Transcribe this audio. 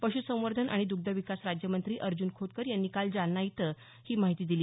पशुसंर्वधन आणि दुग्धविकास राज्यमंत्री अर्जुन खोतकर यांनी काल जालना इथं ही माहिती दिली